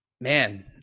man